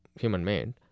human-made